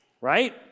right